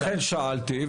לכן שאלתי,